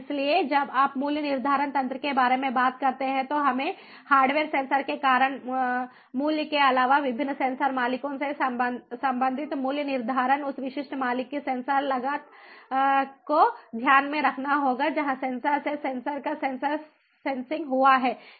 इसलिए जब आप मूल्य निर्धारण तंत्र के बारे में बात करते हैं तो हमें हार्डवेयर सेंसर के कारण मूल्य के अलावा विभिन्न सेंसर मालिकों से संबंधित मूल्य निर्धारण उस विशिष्ट मालिक की सेंसर लागत को ध्यान में रखना होगा जहां सेंसर से सेंसर का सेंसर सेन्सिंग हुआ है